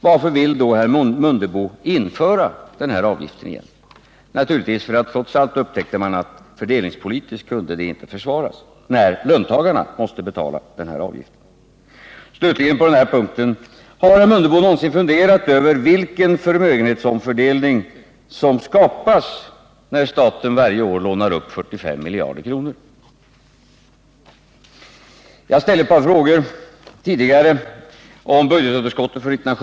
Naturligtvis är svaret att man trots allt upptäckte att det inte kunde försvaras fördelningspolitiskt, eftersom löntagarna måste betala avgiften. Slutligen ytterligare en sak på den här punkten. Har herr Mundebo någonsin funderat över vilken förmögenhetsomfördelning som skapas när staten varje år lånar upp 45 miljarder kronor? Jag ställde tidigare ett par frågor om budgetunderskottet 1979/80.